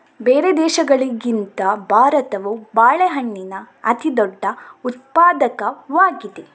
ಬೇರೆ ದೇಶಗಳಿಗಿಂತ ಭಾರತವು ಬಾಳೆಹಣ್ಣಿನ ಅತಿದೊಡ್ಡ ಉತ್ಪಾದಕವಾಗಿದೆ